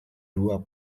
dua